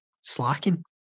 slacking